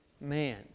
man